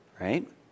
right